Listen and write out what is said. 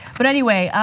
but anyway,